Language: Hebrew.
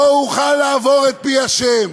"לא אוכל לעבר את פי ה'".